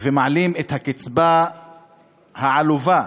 ומעלים את הקצבה, העלובה,